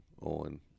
on